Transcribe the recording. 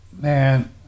man